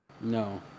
No